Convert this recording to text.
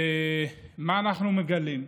מה אנחנו מגלים?